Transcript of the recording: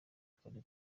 kare